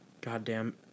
Goddamn